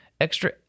extra